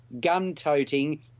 gun-toting